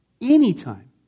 anytime